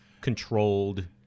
controlled